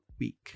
week